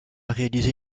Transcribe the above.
réalisé